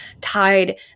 tied